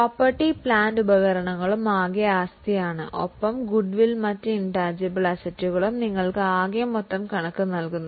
property പ്ലാന്റും ഉപകരണങ്ങളും tangible ആസ്തിയാണ് ഒപ്പം ഗുഡ്വില്ലും മറ്റ് ഇൻറ്റാൻജിബിൾ ആസ്തികളും നിങ്ങൾക്ക് ആകെ മൊത്തം നൽകുന്നു